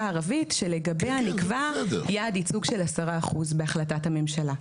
הערבית שלגביה נקבע יעד ייצוג של 10% בהחלטת הממשלה.